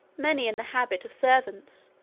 many in the habit of servants,